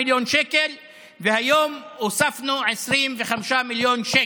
והיום הוספנו 25 מיליון שקל.